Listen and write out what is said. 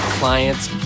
client's